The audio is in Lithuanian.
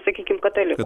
sakykim katalikų